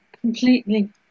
completely